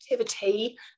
activity